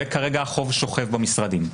וכרגע החוב שוכב במשרדים.